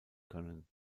können